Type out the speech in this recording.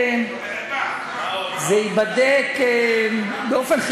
זה ייבדק באופן,